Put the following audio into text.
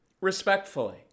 respectfully